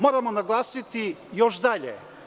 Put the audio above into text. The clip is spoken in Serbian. Moramo naglasiti još dalje.